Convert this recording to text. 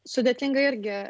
sudėtinga irgi